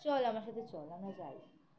চল আমার সাথে চল আমরা যাই